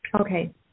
Okay